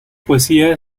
poesía